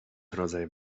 rodzaj